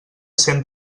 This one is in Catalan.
cent